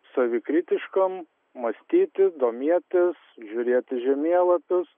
savikritiškam mąstyti domėtis žiūrėti žemėlapius